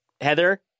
Heather